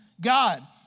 God